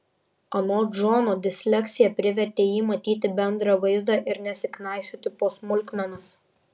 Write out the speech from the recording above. anot džono disleksija privertė jį matyti bendrą vaizdą ir nesiknaisioti po smulkmenas